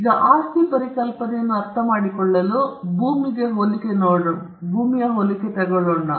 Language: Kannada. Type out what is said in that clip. ಈಗ ಆಸ್ತಿ ಪರಿಕಲ್ಪನೆಯನ್ನು ಅರ್ಥಮಾಡಿಕೊಳ್ಳಲು ನಾವು ಭೂಮಿಗೆ ಹೋಲಿಕೆ ಅಥವಾ ಆಸ್ತಿಯನ್ನು ಪಡೆದುಕೊಳ್ಳಬೇಕಾಗಿದೆ